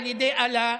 על ידי אלה,